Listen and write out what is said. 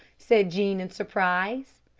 said jean in surprise.